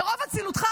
ברוב אצילותך,